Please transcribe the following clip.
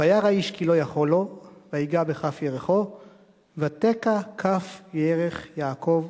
וירא כי לא יכֹל לו ויגע בכף ירכו ותֵקע כף ירך יעקב